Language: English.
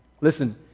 Listen